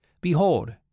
Behold